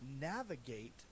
navigate